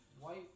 white